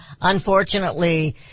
unfortunately